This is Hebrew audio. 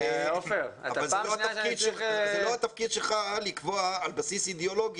אבל זה לא התפקיד שלך לקבוע על בסיס אידיאולוגי